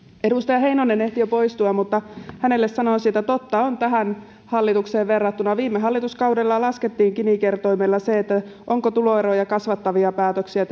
edustaja heinonen ehti jo poistua mutta hänelle sanoisin että totta on että tähän hallitukseen verrattuna viime hallituskaudella laskettiin gini kertoimella se tehdäänkö tuloeroja kasvattavia päätöksiä